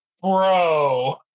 Bro